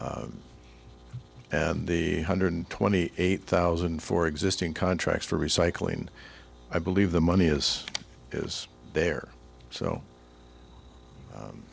and the hundred twenty eight thousand for existing contracts for recycling i believe the money is is there so